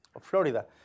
Florida